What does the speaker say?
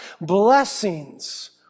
blessings